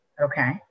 Okay